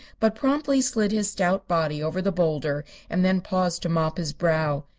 but promptly slid his stout body over the boulder and then paused to mop his brow.